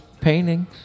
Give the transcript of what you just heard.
paintings